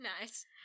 Nice